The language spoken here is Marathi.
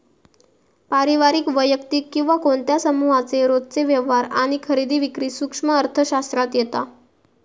पारिवारिक, वैयक्तिक किंवा कोणत्या समुहाचे रोजचे व्यवहार आणि खरेदी विक्री सूक्ष्म अर्थशास्त्रात येता